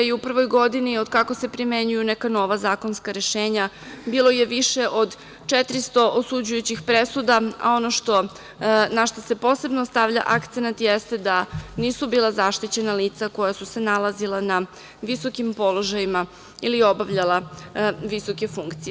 U prvoj godini od kako se primenjuju neka nova zakonska rešenja bilo je više od 400 osuđujućih presuda, a ono na šta se posebno stavlja akcenat jeste da nisu bila zaštićena lica koja su se nalazila na visokim položajima ili obavljala visoke funkcije.